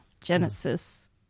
Genesis